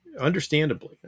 understandably